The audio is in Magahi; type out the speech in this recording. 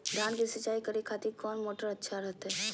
धान की सिंचाई करे खातिर कौन मोटर अच्छा रहतय?